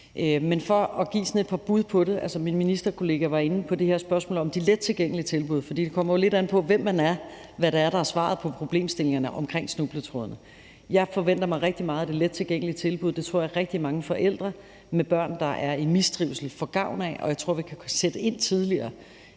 Men for at give et par bud på det er der det, min ministerkollega var inde på, nemlig spørgsmålet om de lettilgængelige tilbud, for det kommer jo lidt an på, hvem man er, i forhold til hvad der er svaret på problemstillingerne i forbindelse med snubletrådene. Jeg forventer mig rigtig meget af det lettilgængelige tilbud. Det tror jeg at rigtig mange forældre med børn, der er i mistrivsel, får gavn af, og jeg tror, at vi kan sætte ind tidligere,